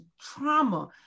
trauma